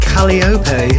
Calliope